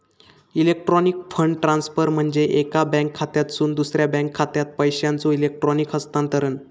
electronic fund transfer म्हणजे एका bank खात्यातसून दुसरा बँक खात्यात पैशांचो इलेक्ट्रॉनिक हस्तांतरण